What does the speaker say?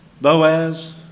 Boaz